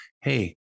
hey